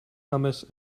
hummus